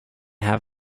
have